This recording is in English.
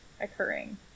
occurring